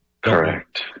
correct